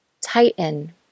Tighten